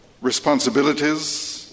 responsibilities